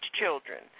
children